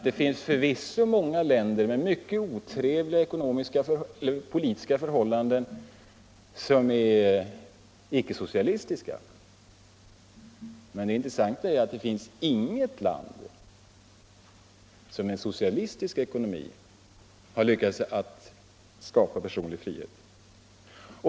Det finns förvisso många länder med mycket otrevliga politiska förhållanden som är icke-socialistiska, men det intressanta är att det inte finns något land som med en socialistisk ekonomi har lyckats skapa personlig frihet.